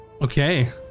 Okay